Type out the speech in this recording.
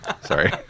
sorry